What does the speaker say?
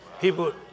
People